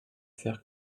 faire